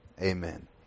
Amen